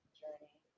journey